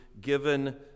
given